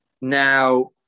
Now